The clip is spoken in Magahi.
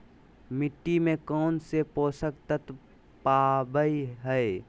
मिट्टी में कौन से पोषक तत्व पावय हैय?